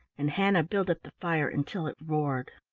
and hannah built up the fire until it roared.